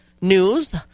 news